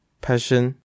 passion